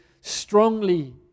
strongly